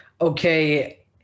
Okay